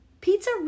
pizza